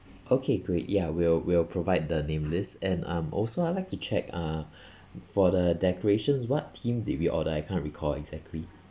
okay great ya we'll we'll provide the name list and um also I'd like to check uh for the decorations what theme did we order I can't recall exactly